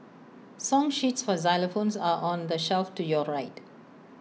song sheets for xylophones are on the shelf to your right